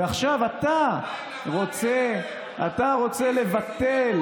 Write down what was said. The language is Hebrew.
ועכשיו אתה רוצה לבטל.